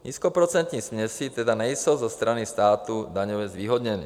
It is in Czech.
Nízkoprocentní směsi tedy nejsou ze strany státu daňově zvýhodněny.